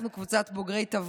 אנחנו קבוצת בוגרי תבור,